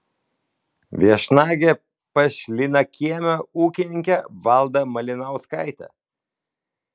viešnagė pas šlynakiemio ūkininkę valdą malinauskaitę